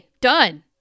Done